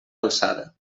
alçada